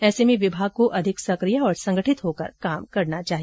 ऐसे में विभाग को अधिक सक्रिय और संगठित होकर काम करना चाहिए